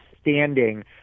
standing